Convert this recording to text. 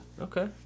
Okay